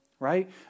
right